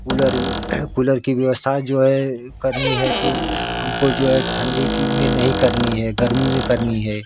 cooler भी cooler की व्यवस्था जो है करनी है तो हमको जो है ठंडी की में नहीं करनी है गर्मी में करनी है